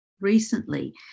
recently